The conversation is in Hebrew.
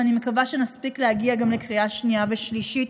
ואני מקווה שנספיק להגיע גם לקריאה שנייה ושלישית,